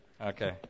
Okay